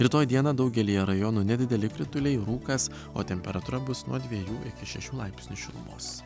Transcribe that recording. rytoj dieną daugelyje rajonų nedideli krituliai rūkas o temperatūra bus nuo dviejų iki šešių laipsnių šilumos